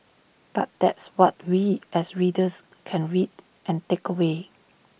but that's what we as readers can read and take away